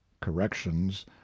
Corrections